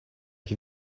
can